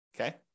Okay